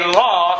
law